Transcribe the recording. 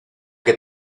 que